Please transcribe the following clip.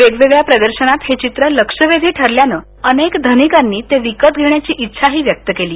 वेगवेगळ्य प्रदर्शनत्ति हे चित्र लक्षेघी ठरल्यन्नि अनेक धनिकत्ती ते विकत घेण्यन्नी इच्छ व्यक्त केली